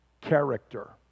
character